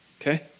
Okay